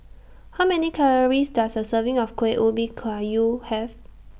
How Many Calories Does A Serving of Kueh Ubi Kayu Have